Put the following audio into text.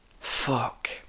fuck